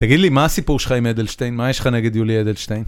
תגיד לי, מה הסיפור שלך עם אדלשטיין? מה יש לך נגד יולי אדלשטיין?